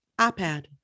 iPad